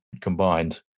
combined